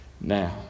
Now